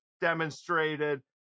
demonstrated